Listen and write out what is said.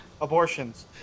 abortions